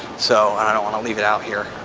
so and i don't wanna leave it out here,